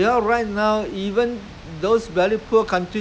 ah they can observe they can think they can